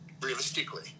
realistically